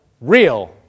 real